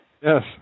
Yes